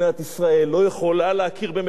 לא יכולה להכיר במדינת ישראל.